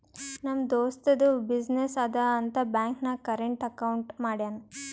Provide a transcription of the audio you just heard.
ನಮ್ ದೋಸ್ತದು ಬಿಸಿನ್ನೆಸ್ ಅದಾ ಅಂತ್ ಬ್ಯಾಂಕ್ ನಾಗ್ ಕರೆಂಟ್ ಅಕೌಂಟ್ ಮಾಡ್ಯಾನ್